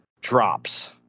drops